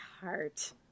heart